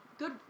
good